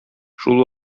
шул